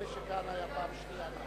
נדמה לי שכהנא היה הפעם השנייה.